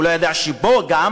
הוא לא יודע שפה הארץ,